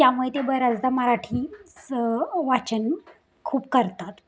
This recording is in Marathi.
त्यामुळे ते बऱ्याचदा मराठी स वाचन खूप करतात